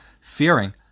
fearing